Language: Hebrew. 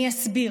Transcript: אני אסביר: